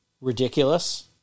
ridiculous